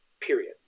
period